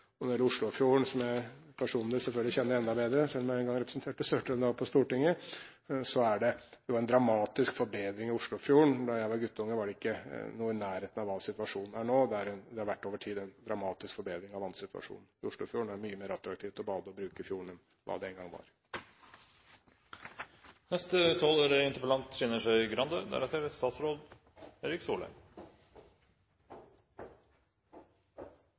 Oslofjorden, som jeg personlig selvfølgelig kjenner enda bedre, selv om jeg en gang representerte Sør-Trøndelag på Stortinget, er det en dramatisk forbedring. Da jeg var guttunge, var ikke situasjonen noe i nærheten av hva den er nå. Det har over tid vært en dramatisk forbedring av vannsituasjonen i Oslofjorden. Det er mye mer attraktivt å bade og bruke fjorden nå enn hva det en gang